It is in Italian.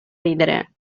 ridere